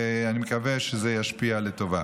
ואני מקווה שזה ישפיע לטובה.